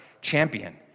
champion